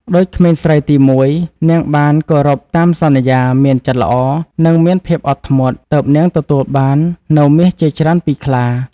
ដូចក្មេងស្រីទីមួយ នាងបានគោរពតាមសន្យា មានចិត្តល្អ និងមានភាពអត់ធ្មត់ ទើបនាងទទួលបាននូវមាសជាច្រើនពីខ្លា។